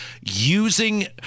using